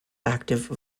active